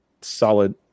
solid